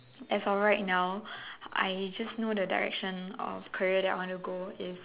as of right now I just know the direction of career that I want to go is